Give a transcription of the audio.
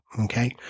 Okay